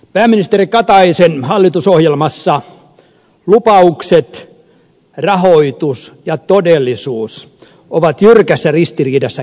pääministeri kataisen hallitusohjelmassa lupaukset rahoitus ja todellisuus ovat jyrkässä ristiriidassa keskenään